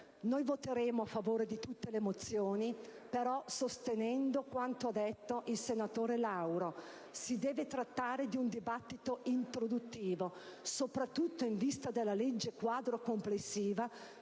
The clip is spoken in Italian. Noi voteremo a favore di tutte le mozioni, però sostenendo quanto detto dal senatore Lauro: si deve trattare di un dibattito introduttivo, soprattutto in vista della legge quadro complessiva